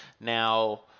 now